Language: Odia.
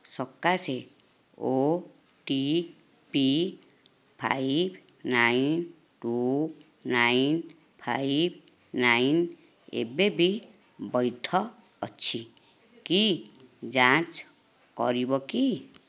ସକାଶେ OTP five nine two nine five nine ଏବେବି ବୈଧ ଅଛି କି ଯାଞ୍ଚ କରିବ କି